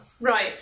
Right